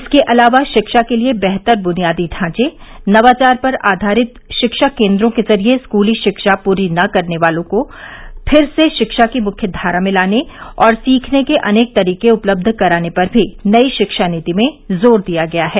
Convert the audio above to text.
इसके अलावा शिक्षा के लिए बेहतर बुनियादी ढांचे नवाचार पर आधारित शिक्षा केंद्रों के जरिए स्कूली शिक्षा पूरी न कर पाने वालों को फिर से शिक्षा की मुख्यधारा में लाने और सीखने के अनेक तरीके उपलब्ध कराने पर भी नई शिक्षा नीति में जोर दिया गया है